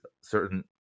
certain